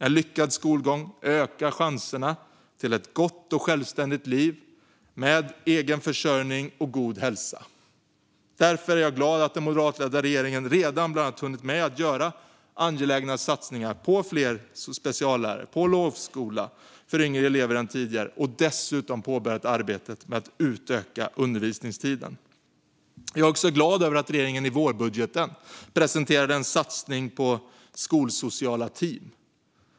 En lyckad skolgång ökar chanserna till ett gott och självständigt liv med egen försörjning och god hälsa. Därför är jag glad över att den moderatledda regeringen redan bland annat hunnit med att göra angelägna satsningar på fler speciallärare och på lovskola för yngre elever än tidigare och dessutom påbörjat arbetet med att utöka undervisningstiden. Jag är också glad över att regeringen i vårbudgeten presenterade en satsning på skolsociala team.